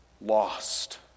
lost